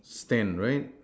stand right